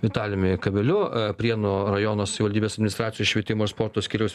vitaliumi kabeliu prienų rajono savivaldybės administracijos švietimo ir sporto skyriaus